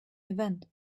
event